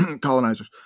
colonizers